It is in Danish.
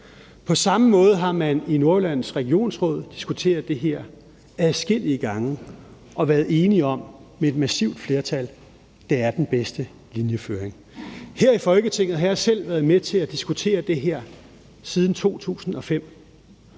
På samme måde har man i Nordjyllands regionsråd diskuteret det her adskillige gange og været enige om med et massivt flertal, at det er den bedste linjeføring. Her i Folketinget har jeg selv været med til at diskutere det her siden 2005,